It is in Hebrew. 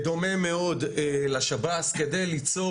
בדומה מאוד לשב"ס כדי ליצור